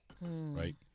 right